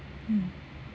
mm